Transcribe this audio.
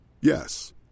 Yes